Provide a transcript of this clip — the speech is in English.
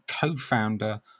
co-founder